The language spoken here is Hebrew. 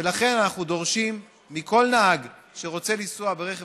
ולכן אנחנו דורשים מכל נהג שרוצה לנסוע ברכב